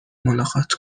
ملاقات